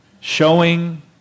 showing